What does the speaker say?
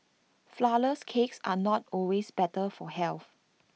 Flourless Cakes are not always better for health